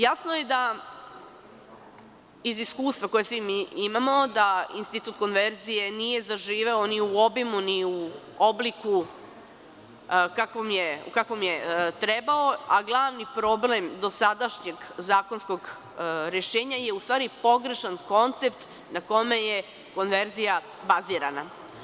Jasno je da, iz iskustva koje svi mi imamo, institut konverzije nije zaživeo ni u obimu, ni u obliku u kakvom je trebao, a glavni problem dosadašnjeg zakonskog rešenja je u stvari, pogrešan koncept na kome je konverzija bazirana.